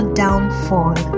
downfall